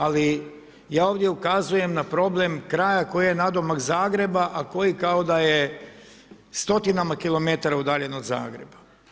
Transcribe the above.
Ali ja ovdje ukazujem na problem kraja koji je nadomak Zagreba, a koji kao da je stotinama kilometara udaljen od Zagreba.